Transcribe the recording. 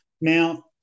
Now